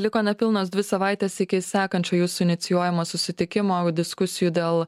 liko nepilnos dvi savaitės iki sekančio jūsų inicijuojamo susitikimo diskusijų dėl